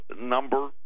number